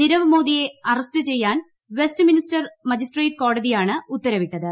നിരവ് മോദിയെ അറസ്റ്റ് ചെയ്യാൻ Westminster magistrate കോടതിയാണ് ഉത്തരവിട്ടത്